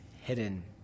hidden